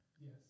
Yes